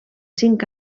cinc